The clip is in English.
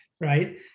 Right